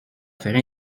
faire